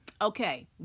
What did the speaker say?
Okay